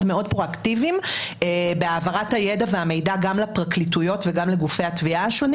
פרואקטיביים בהעברת הידע והמידע גם לפרקליטויות וגם לגופי התביעה השונים